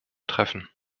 treffen